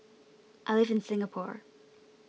I live in Singapore